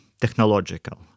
technological